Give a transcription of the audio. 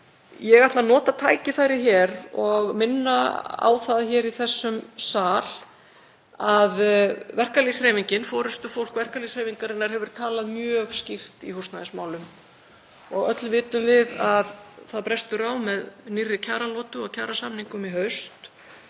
Ég ætla að nota tækifærið og minna á það hér í þessum sal að verkalýðshreyfingin, forystufólk verkalýðshreyfingarinnar, hefur talað mjög skýrt í húsnæðismálum og öll vitum við að það brestur á með nýrri kjaralotu og kjarasamningum í haust